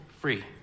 free